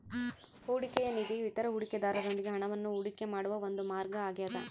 ಹೂಡಿಕೆಯ ನಿಧಿಯು ಇತರ ಹೂಡಿಕೆದಾರರೊಂದಿಗೆ ಹಣವನ್ನು ಹೂಡಿಕೆ ಮಾಡುವ ಒಂದು ಮಾರ್ಗ ಆಗ್ಯದ